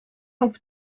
caiff